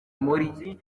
muri